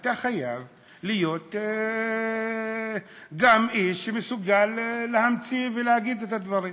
אתה חייב להיות גם איש שמסוגל להמציא ולהגיד את הדברים.